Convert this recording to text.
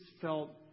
felt